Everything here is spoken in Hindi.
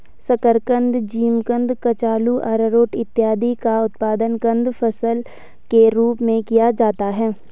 शकरकंद, जिमीकंद, कचालू, आरारोट इत्यादि का उत्पादन कंद फसल के रूप में किया जाता है